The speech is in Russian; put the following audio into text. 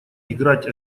играть